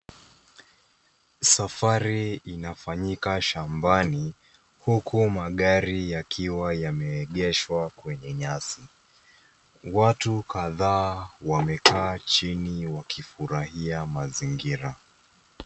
Safari inafanyika shambani, huku magari yakiwa yameegeshwa kwenye nyasi. Watu kadhaa wamekaa chini wakifurahia mazingira.